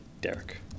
Derek